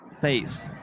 face